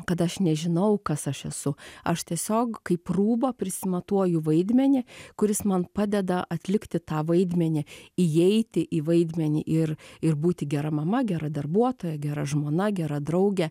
kad aš nežinau kas aš esu aš tiesiog kaip rūbą prisimatuoju vaidmenį kuris man padeda atlikti tą vaidmenį įeiti į vaidmenį ir ir būti gera mama gera darbuotoja gera žmona gera drauge